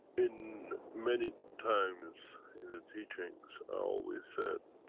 in many times in the teachings i always said,